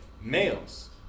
males